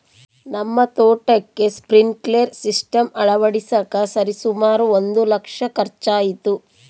ನಮ್ಮ ತೋಟಕ್ಕೆ sprinkler system ಅಳವಡಿಸಕ ಸರಿಸುಮಾರು ಒಂದು ಲಕ್ಷ ಖರ್ಚಾಯಿತು